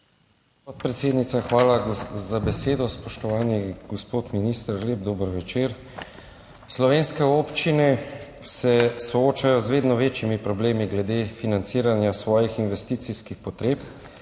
Podpredsednica, hvala za besedo. Spoštovani gospod minister, lep dober večer! Slovenske občine se soočajo z vedno večjimi problemi glede financiranja svojih investicijskih potreb,